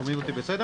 אתחיל